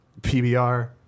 PBR